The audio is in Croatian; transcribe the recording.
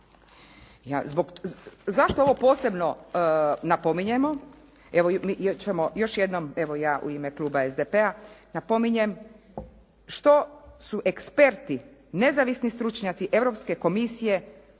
evo mi ćemo još jednom, evo ja u ime kluba SDP-a napominjem što su eksperti, nezavisni stručnjaci Europske komisije